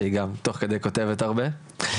שהיא תוך כדי כותבת הרבה.